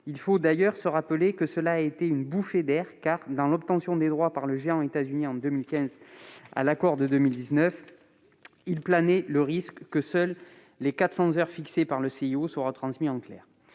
Il faut d'ailleurs se rappeler que cette opération a été une bouffée d'air, car, entre l'obtention des droits par le géant états-unien en 2015 et l'accord conclu en 2019, a plané le risque que seules les 400 heures fixées par le CIO soient retransmises en clair.